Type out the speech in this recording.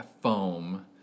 foam